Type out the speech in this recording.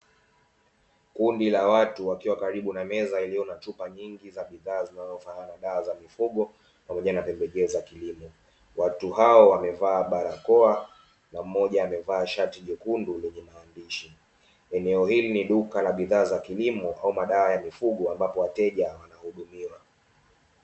Kundi la watu wakiwa karibu na meza iliyo na chupa nyingi za bidhaa zinazofanana na dawa za mifugo, pamoja na pembejeo za kilimo. Watu hao wamevaa barakoa na mmoja amevaa shati jekundu lenye maandishi. Eneo hili ni duka la bidhaa za kilimo au madawa ya mifugo ambapo wateja wanahudumiwa.